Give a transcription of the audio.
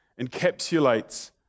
encapsulates